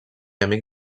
amic